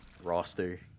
roster